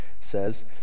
says